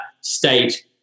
state